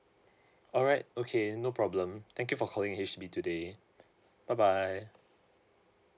alright okay no problem thank you for calling H_D_B today bye bye